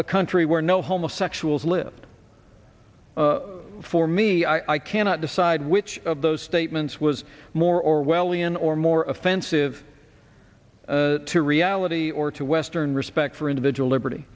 a country where no homosexuals lived for me i cannot decide which of those statements was more orwellian or more offensive to reality or to western respect for individual liberty